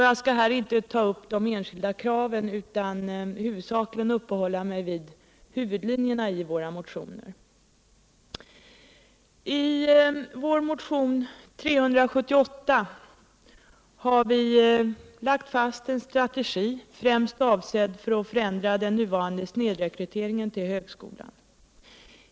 Jag skall här inte ta upp de enskilda kraven, utan huvudsakligen uppehålla mig vid huvudlinjerna i våra motioner. I vår motion 378 har vi lagt fast en strategi, främst avsedd att förändra den nuvarande snedrekryteringen till högskolan.